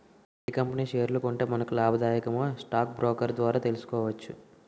ఏ company షేర్లు కొంటే మనకు లాభాదాయకమో స్టాక్ బ్రోకర్ ద్వారా తెలుసుకోవచ్చు